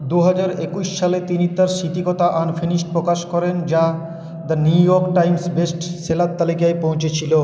দু হাজার একুশ সালে তিনি তাঁর স্মৃতিকথা আনফিনিশড প্রকাশ করেন যা the New York Times best seller তালিকায় পৌঁছেছিল